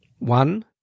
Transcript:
One